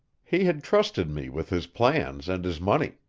he had trusted me with his plans and his money.